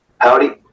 Howdy